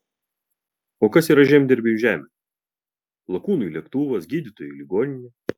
o kas yra žemdirbiui žemė lakūnui lėktuvas gydytojui ligoninė